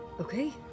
Okay